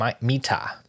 Mita